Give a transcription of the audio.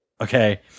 Okay